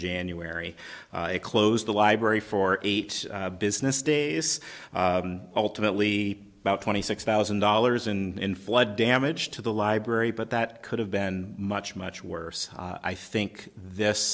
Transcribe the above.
january it closed the library for eight business days ultimately about twenty six thousand dollars in flood damage to the library but that could have been much much worse i think this